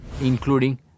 including